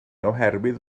oherwydd